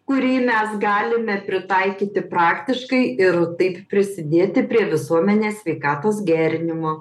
kurį mes galime pritaikyti praktiškai ir taip prisidėti prie visuomenės sveikatos gerinimo